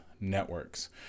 networks